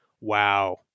wow